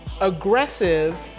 aggressive